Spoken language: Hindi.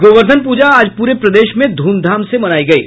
गोवर्धन पूजा आज पूरे प्रदेश में धूमधाम से मनायी गयी